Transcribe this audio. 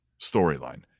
storyline